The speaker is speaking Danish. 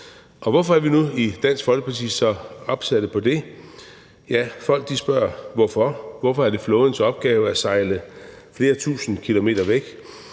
Og hvorfor er vi nu i Dansk Folkeparti så opsatte på det? Folk spørger: Hvorfor er det flådens opgave at sejle flere tusinde kilometer væk,